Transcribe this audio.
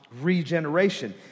regeneration